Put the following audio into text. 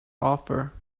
offer